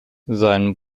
sein